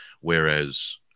whereas